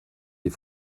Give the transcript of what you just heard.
les